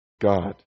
God